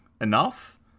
enough